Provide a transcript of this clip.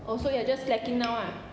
oh so you're just slacking now ah